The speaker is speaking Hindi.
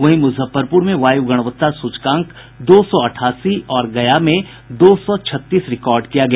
वहीं मुजफ्फरपुर में वायु गुणवत्ता सूचकांक दो सौ अठासी और गया में दो सौ छत्तीस रिकार्ड किया गया